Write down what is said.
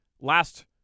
last